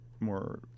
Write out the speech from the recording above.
more